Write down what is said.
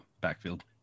backfield